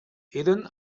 eren